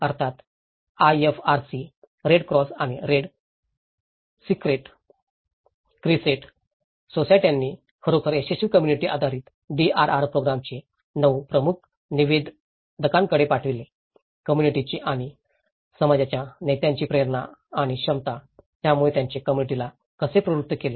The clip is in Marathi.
अर्थात आयएफआरसी रेड क्रॉस आणि रेड क्रिसेंट सोसायट्यांनी खरोखर यशस्वी कम्म्युनिटी आधारित डीआरआर प्रोग्रामचे 9 प्रमुख निवेदकांकडे पाहिले आहे कम्म्युनिटीाची आणि समाजाच्या नेत्यांची प्रेरणा आणि क्षमता यामुळे त्याने कम्म्युनिटीला कसे प्रवृत्त केले